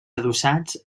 adossats